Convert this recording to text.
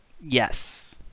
Yes